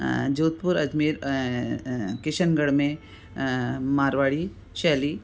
जोधपुर अजमेर ऐं किशनगढ़ में मारवाड़ी शैली